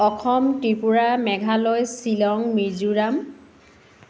Assam Tripura Meghalaya Shillong Mizoram